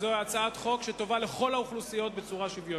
זאת הצעת חוק שטובה לכל האוכלוסיות בצורה טובה ושוויונית.